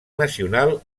nacional